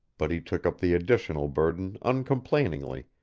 but he took up the additional burden uncomplainingly,